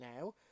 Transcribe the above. now